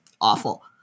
awful